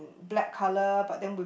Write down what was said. black colour but then with